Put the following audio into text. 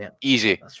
easy